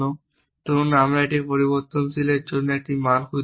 ধরুন আমরা এটি পরিবর্তনশীল এর জন্য একটি মান খুঁজে পাচ্ছি না